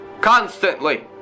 constantly